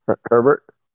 Herbert